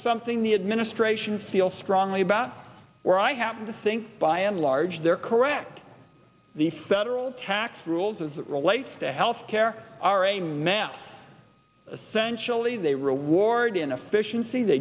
something the administration feel strongly about where i happen to think by and large they're correct the federal tax rules as it relates to health care are a now essential ie they reward inefficiency they